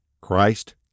Christ